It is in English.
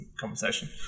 conversation